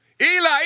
Eli